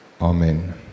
Amen